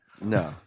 No